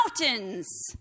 mountains